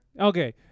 okay